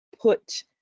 put